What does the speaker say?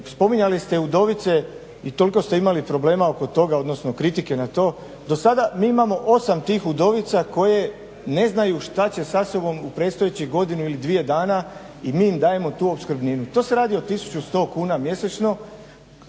spominjali ste udovice i toliko ste imali problema oko toga, odnosno kritike na to. Dosada mi imamo 8 tih udovica koje ne znaju što će sa sobom u predstojećih godinu ili dvije dana i mi im dajemo tu opskrbninu. To se radi o 1100 kuna mjesečno